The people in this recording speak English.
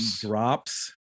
drops